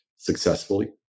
Successfully